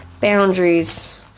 boundaries